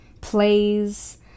plays